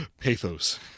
Pathos